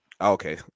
Okay